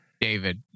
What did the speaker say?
David